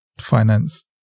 finance